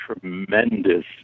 tremendous